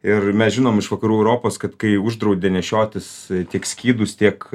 ir mes žinom iš vakarų europos kad kai uždraudė nešiotis tiek skydus tiek